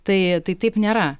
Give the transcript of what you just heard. tai tai taip nėra